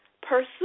pursue